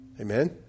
Amen